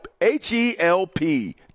H-E-L-P